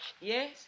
Yes